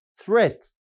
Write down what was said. threat